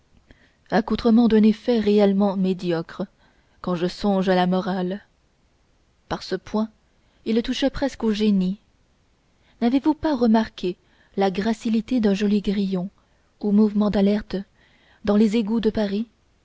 accoutrements d'un effet réellement médiocre quand je songe à la morale par ce point il touchait presqu'au génie n'avez-vous pas remarqué la gracilité d'un joli grillon aux mouvements alertes dans les égouts de paris